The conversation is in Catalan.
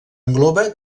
engloba